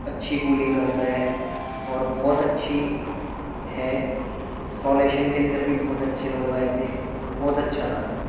اچھی کولنگ کرتا ہے اور بہت اچھی ہے انسٹالیشن کے اندر بھی بہت اچھے لوگ آئے تھے بہت اچھا تھا